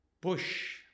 push